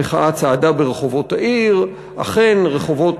המחאה צעדה ברחובות העיר, אכן רחובות